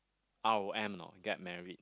oh I'm not get married